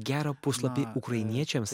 gerą puslapį ukrainiečiams